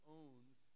owns